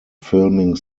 filming